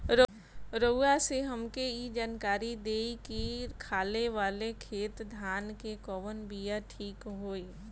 रउआ से हमके ई जानकारी देई की खाले वाले खेत धान के कवन बीया ठीक होई?